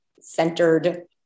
centered